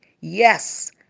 Yes